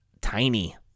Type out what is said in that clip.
tiny